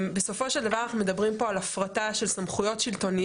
בסופו של דבר אנחנו מדברים פה על הפרטה של סמכויות שלטוניות.